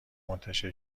منتشر